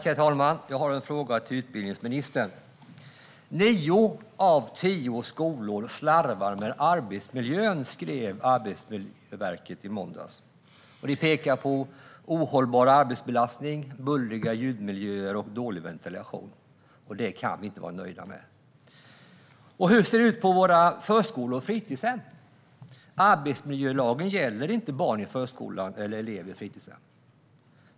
Herr talman! Jag har en fråga till utbildningsministern. Nio av tio skolor slarvar med arbetsmiljön, skrev Arbetsmiljöverket i måndags. Man pekar på ohållbar arbetsbelastning, bullriga ljudmiljöer och dålig ventilation. Det kan vi inte vara nöjda med. Hur ser det ut på våra förskolor och fritidshem? Arbetsmiljölagen gäller inte barn i förskola eller elever i fritidshem.